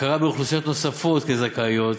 הכרה באוכלוסיות נוספות כזכאיות,